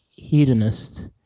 hedonist